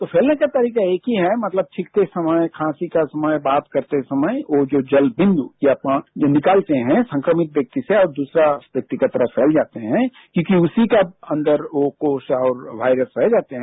तो फैलने का तारीका एक ही है मतलब छीखते समय खांसी के समय बात करते समय ओ जो जल बिन्दु जो लिकालते है संक्रमित व्यक्ति से और दुसरे व्यक्ति की तरफ फैल जाते हैं क्योंकि उसी का अंदर ओ कोस और वायरस पाये जाते हैं